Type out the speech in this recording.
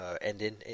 ending